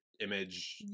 image